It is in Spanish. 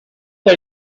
fue